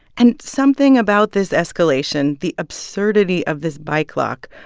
and something about this escalation, the absurdity of this bike lock,